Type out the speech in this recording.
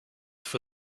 for